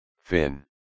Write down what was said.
Fin